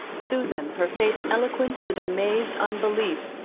susan, her face eloquent with amazed unbelief,